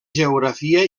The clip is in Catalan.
geografia